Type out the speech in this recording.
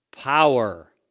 power